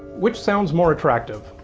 which sounds more attractive?